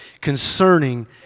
concerning